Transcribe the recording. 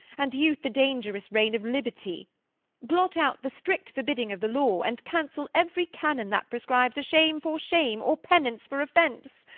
and youth the dangerous reign of liberty blot out the strict forbidding of the law, and cancel every cannon that prescribes a shame for shame or penance for offence.